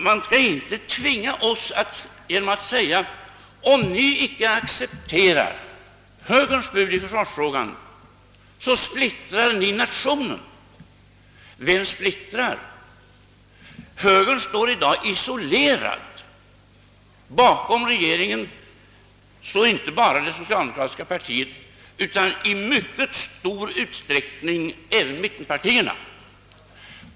Man skall inte tvinga oss genom att säga: Om ni inte accepterar högerns bud i försvarsfrågan, så splittrar ni nationen. Vem splittrar? Högern står i dag isolerad. Bakom regeringen står inte bara det socialdemokratiska partiet utan i mycket stor utsträckning även mittenpartierna.